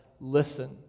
listen